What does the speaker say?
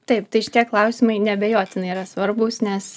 taip tai šitie klausimai neabejotinai yra svarbūs nes